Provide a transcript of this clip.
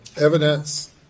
Evidence